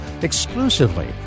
exclusively